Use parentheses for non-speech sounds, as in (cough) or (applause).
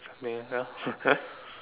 me as well (laughs)